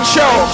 Show